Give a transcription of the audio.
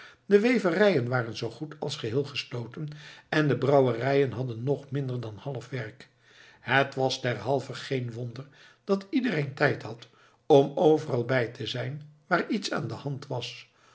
de weverijen waren zoo goed als geheel gesloten en de brouwerijen hadden nog minder dan half werk het was derhalve geen wonder dat iedereen tijd had om overal bij te zijn waar iets aan de hand was